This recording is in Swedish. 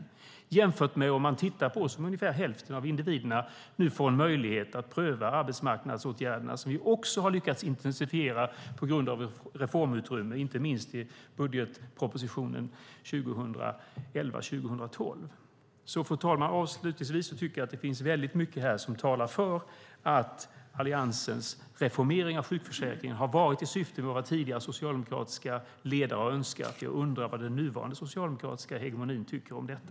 Detta kan jämföras med om man, som ungefär hälften av individerna nu, får en möjlighet att pröva arbetsmarknadsåtgärderna - som vi också har lyckats intensifiera på grund av reformutrymme, inte minst i budgetpropositionen 20011/12. Fru talman! Avslutningsvis tycker jag att det finns väldigt mycket här som talar för att Alliansens reformering av sjukförsäkringen har varit i syfte med vad tidigare socialdemokratiska ledare har önskat. Jag undrar vad den nuvarande socialdemokratiska hegemonin tycker om detta.